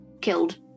killed